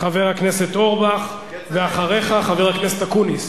חבר הכנסת אורבך, ואחריך, חבר הכנסת אקוניס.